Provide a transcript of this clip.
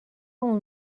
اون